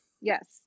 yes